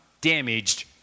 damaged